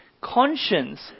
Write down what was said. conscience